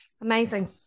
Amazing